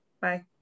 Bye